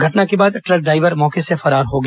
घटना के बाद ट्रक ड्राइवर मौके से फरार हो गया